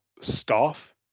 staff